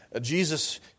Jesus